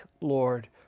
Lord